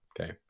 okay